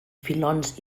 filons